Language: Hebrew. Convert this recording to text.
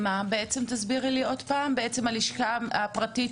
שבעצם הלשכה הפרטית